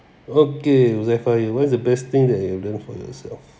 okay huzaifal here what is the best thing that you have done for yourself